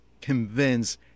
convince